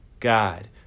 God